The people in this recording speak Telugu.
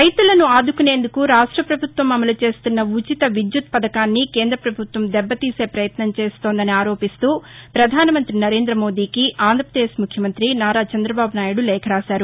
రైతులను ఆదుకునేందుకు రాష్ట్ర ప్రభుత్వం అమలు చేస్తున్న ఉచిత విద్యుత్ పథకాన్ని కేంద్ర ప్రభుత్వం దెబ్బతీసే పయత్నం చేస్తోందని ఆరోపిస్తూ పధాన మంత్రి నరేంద మోడీకి ఆంధ్రపదేశ్ ముఖ్యమంత్రి నారా చంద్రదబాబు నాయుడు లేఖ రాశారు